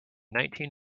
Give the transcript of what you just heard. nineteen